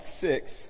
six